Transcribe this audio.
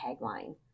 tagline